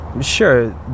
Sure